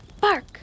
bark